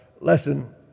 lesson